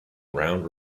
round